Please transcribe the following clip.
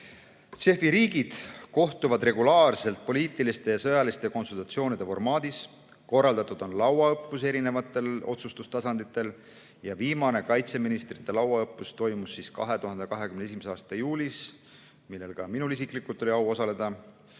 JEF‑i riigid kohtuvad regulaarselt poliitiliste ja sõjaliste konsultatsioonide formaadis. Korraldatud on lauaõppusi erinevatel otsustustasanditel. Viimane kaitseministrite lauaõppus toimus 2021. aasta juulis, millel ka minul isiklikult oli au osaleda.